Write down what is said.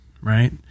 right